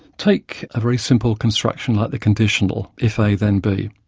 take a very simple construction like the conditional if a then b.